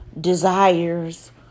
desires